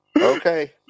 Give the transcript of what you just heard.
Okay